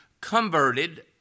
converted